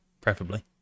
preferably